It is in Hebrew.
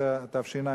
18), התשע"ב